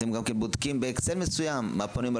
אתם גם בודקים באקסל מסוים מה פנוי ומה